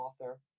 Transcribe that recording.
author